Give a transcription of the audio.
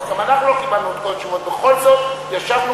גם אנחנו לא קיבלנו את כל התשובות, בכל זאת ישבנו